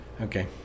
okay